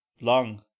long